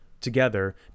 together